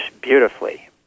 beautifully